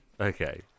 okay